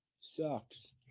sucks